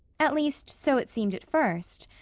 at least, so it seemed at first.